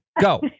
go